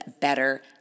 better